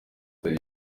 itari